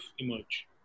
emerge